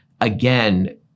again